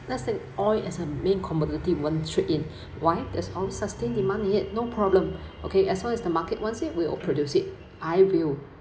let say oil as a main commodity one trade in why there's always sustained demand in it no problem okay as long as the market wants it we will produce it I will